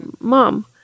Mom